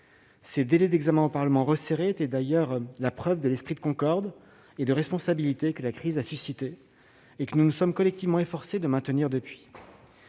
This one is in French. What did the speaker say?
Ces délais d'examen resserrés ont apporté la preuve de l'esprit de concorde et de responsabilité que la crise a suscité et que nous nous sommes collectivement efforcés de maintenir depuis